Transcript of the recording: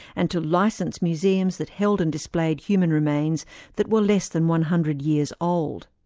and to license museums that held and displayed human remains that were less than one hundred years old.